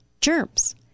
germs